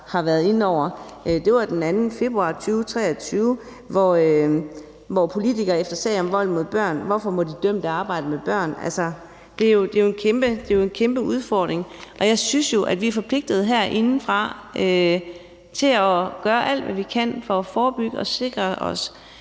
har været inde over. Det var den 2. februar 2023, hvor overskriften var: »Politikere efter sag om vold mod børn: - Hvorfor må de dømte arbejde med børn?« Altså, det er en kæmpe udfordring, og jeg synes jo, at vi er forpligtede herindefra til at gøre alt, hvad vi kan, for at forebygge det og sikre dem,